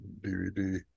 DVD